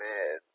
man